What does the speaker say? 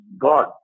god